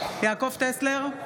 יעקב טסלר,